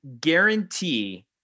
guarantee